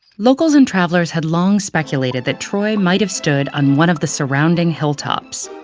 locals and travelers had long speculated that troy might've stood on one of the surrounding hilltops.